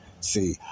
see